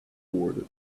toward